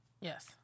Yes